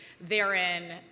therein